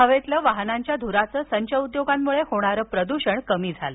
हवेतलं वाहनांच्या धुराचं तसंच उद्योगांमुळे होणारं प्रदूषण कमी झालं